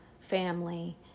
family